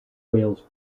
wales